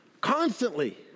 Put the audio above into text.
constantly